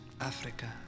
Africa